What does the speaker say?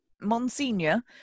Monsignor